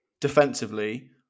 defensively